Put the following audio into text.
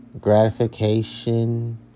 gratification